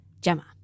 Gemma